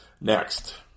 Next